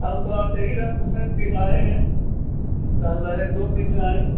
ہم تو آتے ہی رہتے ہیں پھر آئیں گے ان شاء اللہ ایک دو دن میں آئیں گے